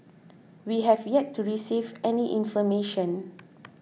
we have yet to receive any information